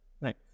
Right